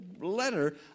letter